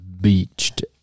Beached